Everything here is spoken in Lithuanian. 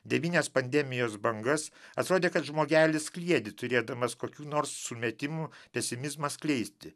devynias pandemijos bangas atrodė kad žmogelis kliedi turėdamas kokių nors sumetimų pesimizmą skleisti